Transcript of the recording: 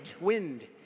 Wind